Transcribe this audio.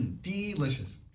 Delicious